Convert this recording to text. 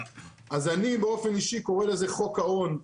אז אני באופן אישי קורא לזה חוק האון.